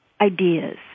ideas